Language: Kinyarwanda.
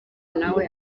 nawe